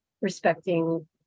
respecting